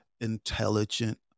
intelligent